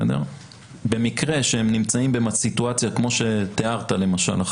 במקרה שהם נמצאים בסיטואציה כמו שתיארת למשל,